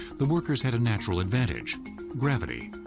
the workers had a natural advantage gravity.